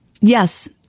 Yes